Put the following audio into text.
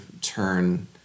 turn